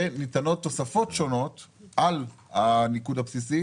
וניתנות תוספות שונות על הניקוד הבסיסי